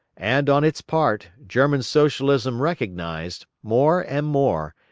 and on its part, german socialism recognised, more and more,